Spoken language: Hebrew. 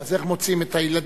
אז איך מוציאים את הילדים?